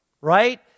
Right